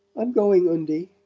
i'm going, undie.